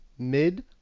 mid